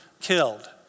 killed